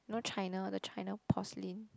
you know China the China porcelain